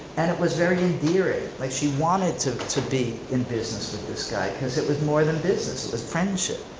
and it was very endearing, like she wanted to to be in business with this guy. cause it was more than business, it was friendship.